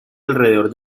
alrededor